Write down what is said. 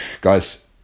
guys